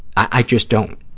i just don't.